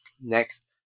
next